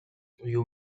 you